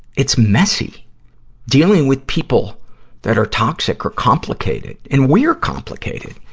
it's messy dealing with people that are toxic or complicated. and we're complicated.